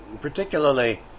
particularly